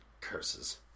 Curses